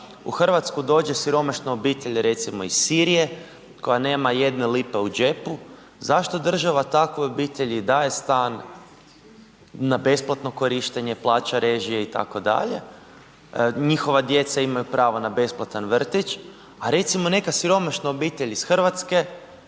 u Hrvatsku dođe siromašna obitelj recimo iz Sirije koja nema jedne lipe u džepu, zašto država takvoj obitelji daje stan na besplatno korištenje, plaća režije itd., njihova djeca imaju pravo na besplatan vrtić, a recimo neka siromašna obitelj iz Hrvatske